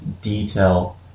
detail